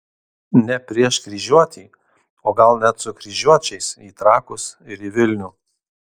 ne prieš kryžiuotį o gal net su kryžiuočiais į trakus ir į vilnių